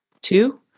Two